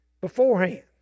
beforehand